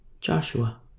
Joshua